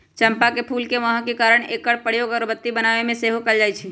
चंपा के फूल के महक के कारणे एकर प्रयोग अगरबत्ती बनाबे में सेहो कएल जाइ छइ